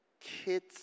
kids